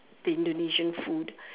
the Indonesian food